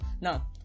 Now